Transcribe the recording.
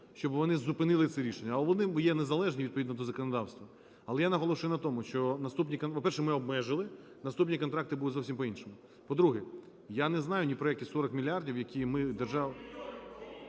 щоб вони зупинили це рішення, а вони є незалежні відповідно до законодавства. Але я наголошую на тому, що наступні… по-перше, ми обмежили, наступні контракти будуть зовсім по-іншому. По-друге, я не знаю, ні про які 40 мільярдів, які ми…